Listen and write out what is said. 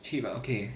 cheap lah okay